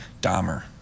Dahmer